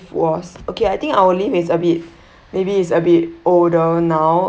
was okay I think our lift is a bit maybe it's a bit older now